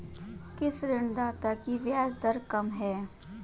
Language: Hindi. किस ऋणदाता की ब्याज दर कम है?